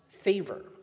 favor